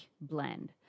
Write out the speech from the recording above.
blend